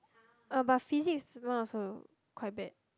ah but Physics mine also quite bad